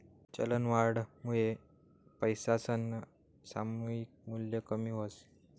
चलनवाढनामुये पैसासनं सामायिक मूल्य कमी व्हस